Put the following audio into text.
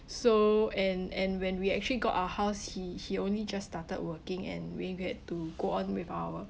so and and when we actually got our house he he only just started working and we we had to go on with our